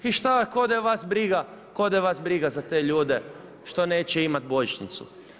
I šta, kada da je vas briga, kao da je vas briga za te ljude što neće imati božićnicu.